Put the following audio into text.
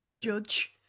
judge